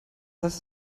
heißt